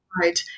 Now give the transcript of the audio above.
Right